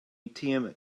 atm